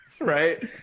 right